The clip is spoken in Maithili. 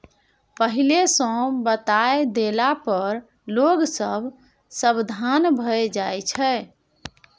पहिले सँ बताए देला पर लोग सब सबधान भए जाइ छै